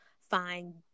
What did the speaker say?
find